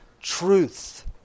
truth